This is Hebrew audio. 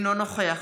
אינו נוכח